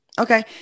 Okay